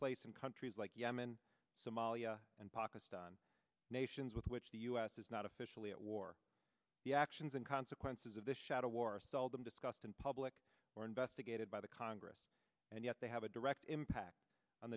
place in countries like yemen somalia and pakistan nations with which the us is not officially at war the actions and consequences of this shadow war are seldom discussed in public or investigated by the congress and yet they have a direct impact on